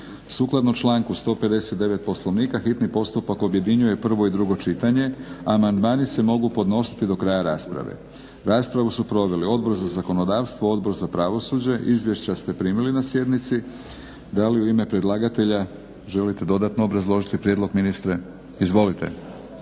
sukladno članku 159. Poslovnika objedinjuje prvo i drugo čitanje, a amandmani se mogu podnositi do kraja rasprave. Raspravu su proveli Odbor za zakonodavstvo, Odbor za pravosuđe. Izvješća se primili na sjednici. Da li u ime predlagatelja želite dodatno obrazložiti prijedlog ministre? Izvolite.